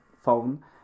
phone